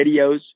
videos